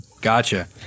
Gotcha